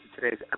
today's